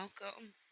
welcome